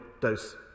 dose